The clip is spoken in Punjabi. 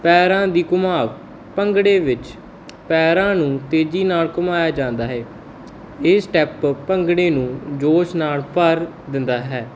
ਪੈਰਾਂ ਦੀ ਘੁੰਮਾਵ ਭੰਗੜੇ ਵਿੱਚ ਪੈਰਾਂ ਨੂੰ ਤੇਜ਼ੀ ਨਾਲ ਘੁਮਾਇਆ ਜਾਂਦਾ ਹੈ ਇਹ ਸਟੈਪ ਭੰਗੜੇ ਨੂੰ ਜੋਸ਼ ਨਾਲ ਭਰ ਦਿੰਦਾ ਹੈ